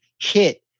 hit